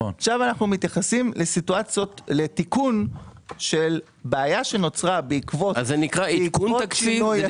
אנחנו מתייחסים לסיטואציות לתיקון של בעיה שנוצרה בעקבות שינוי התקציב.